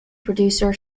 producer